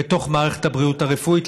בתוך מערכת הבריאות הרפואית.